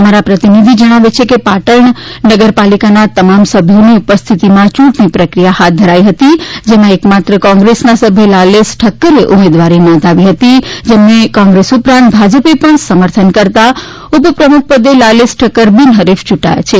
અમારા પ્રતિનિધિ જણાવે છે કે પાટણ નગર પાલિકાના તમામ સભ્યોની ઉપસ્થિતમા ચૂંટણી પ્રકિયા હાથ ધરાઈ હતી જેમાં એકમાત્ર કોંગ્રેસના સભ્ય લાલેશ ઠક્કરે ઉમેદવારી નોંધાવી હતી જેમને કોંગ્રેસ ઉપરાંત ભાજપે પણ સમર્થન કરતા ઉપપ્રમુખ પદે લાલેશ ઠક્કર બિનહરીફ ચૂંટાયા હતા